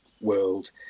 world